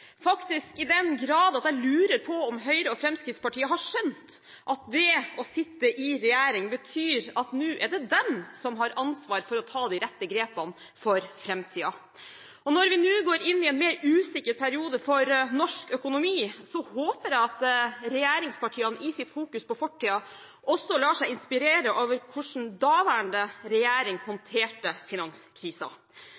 faktisk lurer på om Høyre og Fremskrittspartiet har skjønt at det å sitte i regjering betyr at nå er det de som har ansvaret for å ta de rette grepene for framtiden. Når vi nå går inn i en mer usikker periode for norsk økonomi, håper jeg at regjeringspartiene i sitt fokus på fortiden også lar seg inspirere av hvordan den daværende